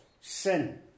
sin